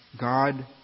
God